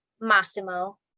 Massimo